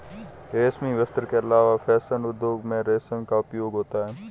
रेशमी वस्त्र के अलावा फैशन उद्योग में रेशम का उपयोग होता है